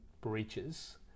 breaches